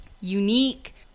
Unique